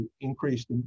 increased